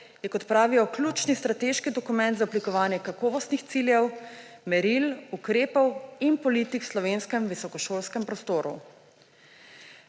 je, kot pravijo, ključni strateški dokument za oblikovanje kakovostnih ciljev, meril, ukrepov in politik v slovenskem visokošolskem prostoru.